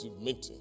meeting